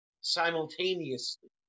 simultaneously